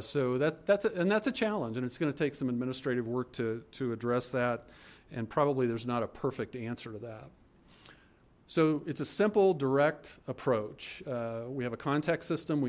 so that that's it and that's a challenge and it's going to take some administrative work to to address that and probably there's not a perfect answer to that so it's a simple direct approach we have a contact system we